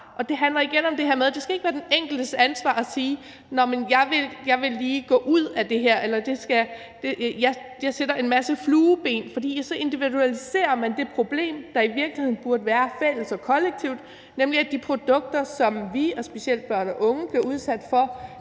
det her med, at det ikke skal være den enkeltes ansvar at sige, at man lige vil gå ud af noget, eller at man sætter en masse flueben. For så individualiserer man det problem, der i virkeligheden burde være fælles og kollektivt, nemlig i forhold til at de produkter, som vi og specielt børn og unge bliver udsat for,